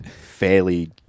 fairly